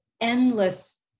endless